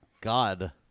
God